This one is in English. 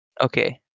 Okay